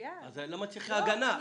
אז למה צריכה הגנה?